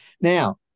Now